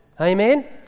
Amen